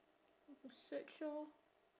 go search orh